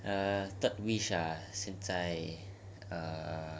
err third wish ah since I err